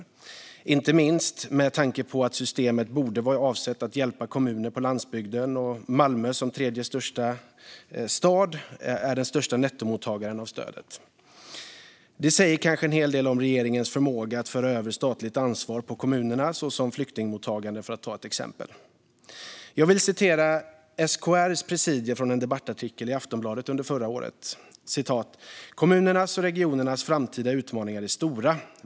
Det gäller inte minst med tanke på att systemet borde vara avsett att hjälpa kommuner på landsbygden och att Malmö som tredje största stad är den största nettomottagaren av stödet. Det säger kanske en del om regeringens förmåga att föra över statligt ansvar på kommunerna, som till exempel flyktingmottagande. Jag vill citera SKR:s presidium från en debattartikel i Aftonbladet under förra året: "Kommunernas och regionernas framtida utmaningar är stora.